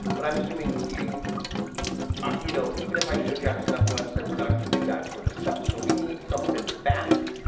but i'm assuming, even ah you know even if i showed you how to set up a website, we're not gonna do that sort of stuff. so we need something fast.